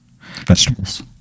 Vegetables